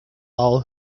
all